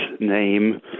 name